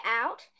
out